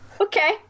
Okay